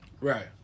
Right